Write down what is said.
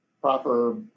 proper